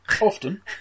Often